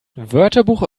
wörterbuch